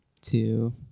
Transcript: Two